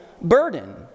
burden